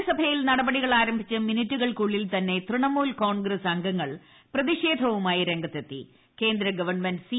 രാജ്യസഭയിൽ നടപടികൾ ആരംഭിച്ച് മിനിട്ടുകൾക്കുള്ളിൽ തന്നെ തൃണ്ടമൂർ കോൺഗ്രസ് അംഗങ്ങൾ പ്രതിഷേധവുമായി രംഗത്തെത്തിട്ട് കേന്ദ്രഗവൺമെന്റ് സി